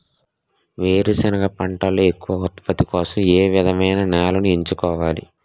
వేరుసెనగ పంటలో ఎక్కువ ఉత్పత్తి కోసం ఏ విధమైన నేలను ఎంచుకోవాలి?